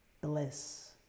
Bliss